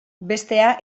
bestea